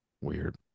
Weird